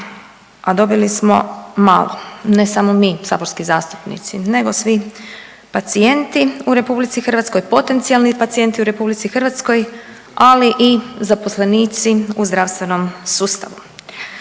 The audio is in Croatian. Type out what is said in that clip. a dobili smo malo, ne samo mi saborski zastupnici nego svi pacijenti u RH, potencijalni pacijenti u RH, ali i zaposlenici u zdravstvenom sustavu.